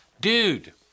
Dude